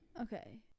okay